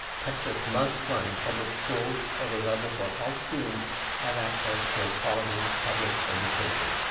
texas must fund public schools at a level where all students have access to a quality public education.